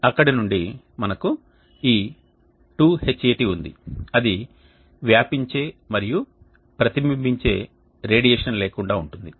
అక్కడ నుండి మనకు ఈ 2hat ఉంది అది వ్యాపించే మరియు ప్రతిబింబించే రేడియేషన్ లేకుండా ఉంటుంది